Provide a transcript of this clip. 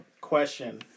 question